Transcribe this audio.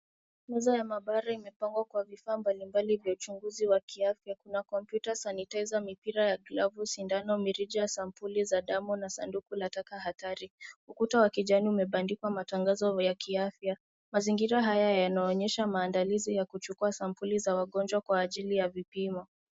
Meza ya maabara imepangwa kwa vifaa mbalimbali vya uchunguzi wa kiafya. Kuna kompyuta, sanitizer , mipira ya glavu, sindano, mirija, sampuli za damu na sanduku la taka hatari. Ukuta wa kijani umebandikwa matangazo ya kiafya. Mazingira haya yanaonyesha maandalizi ya kuchukua sampuli za wagonjwa kwa ajili ya vipimo.